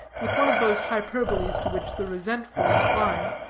with one of those hyberboles to which the resentful incline,